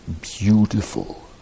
beautiful